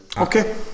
okay